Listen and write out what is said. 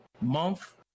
month